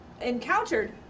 encountered